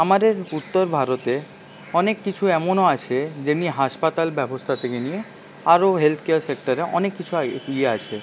আমাদের উত্তর ভারতে অনেক কিছু এমনও আছে যেমনি হাসপাতাল ব্যবস্থা থেকে নিয়ে আরও হেলথকেয়ার সেক্টরে অনেক কিছু ইয়ে আছে